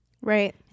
Right